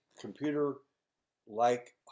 computer-like